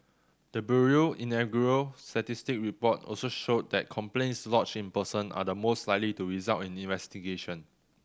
the bureau inaugural statistic report also showed that complaints lodged in person are the most likely to result in investigation